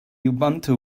ubuntu